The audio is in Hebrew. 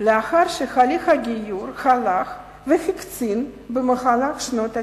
לאחר שהליך הגיור הלך והקצין במהלך שנות ה-90.